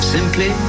Simply